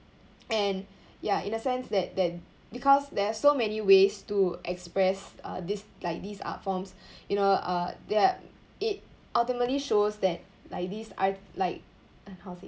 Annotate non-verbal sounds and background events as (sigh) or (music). and ya in a sense that that because there are so many ways to express uh this like these art forms (breath) you know uh they're it ultimately shows that like this art like uh how to say